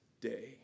day